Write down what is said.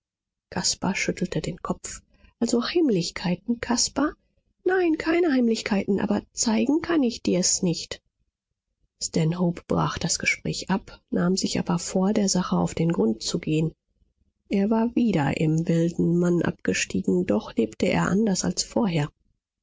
caspar schüttelte den kopf also heimlichkeiten caspar nein keine heimlichkeiten aber zeigen kann ich dir's nicht stanhope brach das gespräch ab nahm sich aber vor der sache auf den grund zu gehen er war wieder im wilden mann abgestiegen doch lebte er anders als vorher